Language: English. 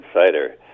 insider